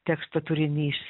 teksto turinys